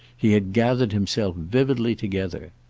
he had gathered himself vividly together.